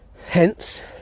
hence